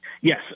yes